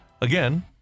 again